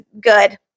good